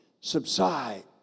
Subside